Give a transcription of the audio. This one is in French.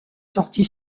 sortie